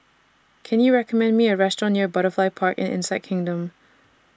Can YOU recommend Me A Restaurant near Butterfly Park and Insect Kingdom